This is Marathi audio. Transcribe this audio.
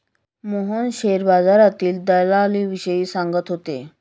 मोहन शेअर बाजारातील दलालीविषयी सांगत होते